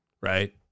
right